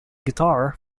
guitar